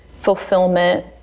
fulfillment